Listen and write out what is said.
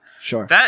Sure